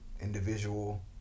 individual